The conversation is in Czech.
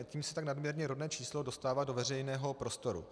Tím se tak nadměrně rodné číslo dostává do veřejného prostoru.